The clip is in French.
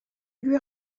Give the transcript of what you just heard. lui